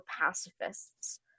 pacifists